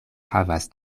havas